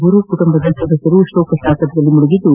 ಗುರು ಕುಟುಂಬದ ಸದಸ್ನರು ಶೋಕ ಸಾಗರದಲ್ಲಿ ಮುಳುಗಿದ್ದು